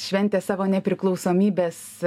šventė savo nepriklausomybės